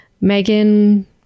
Megan